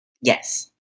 Yes